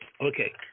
Okay